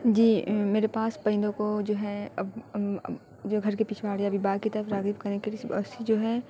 جی میرے پاس پرندوں کو جو ہے اب جو گھر کے پچھواڑے ابھی باغ کی طرف راغب کریں جو ہے